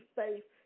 faith